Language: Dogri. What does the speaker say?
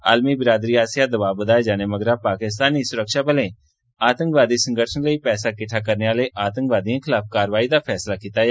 आलमी बिरादरी आस्सेआ दबाव बघाये जाने मगरा पाकिस्तानी सुरक्षाबलें आतंकवादी संगठनें लेई पैसा किट्ठा करने आहले आतंकवादियें खलाफ कारवाई दा फैसला कीता ऐ